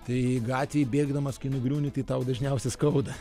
tai gatvėj bėgdamas kai nugriūni tai tau dažniausia skauda